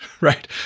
Right